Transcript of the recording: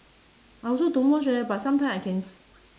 I also don't watch eh but sometime I can s~